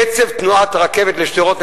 קצב תנועת הרכבת לשדרות,